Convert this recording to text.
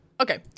Okay